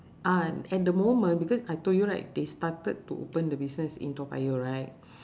ah at the moment because I told you right they started to open the business in toa payoh right